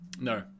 no